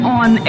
on